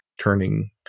turning